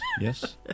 yes